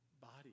body